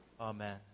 Amen